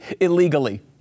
illegally